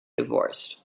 divorced